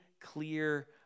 clear